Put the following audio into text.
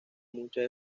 muchas